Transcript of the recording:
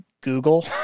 Google